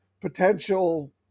potential